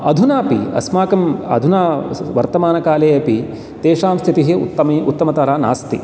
अधुनापि अस्माकम् अधुना वर्तमानकाले अपि तेषां स्थितिः उत्तमतरा नास्ति